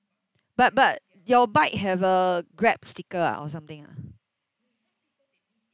but but your bike have a grab sticker ah or something ah